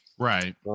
Right